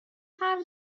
طرح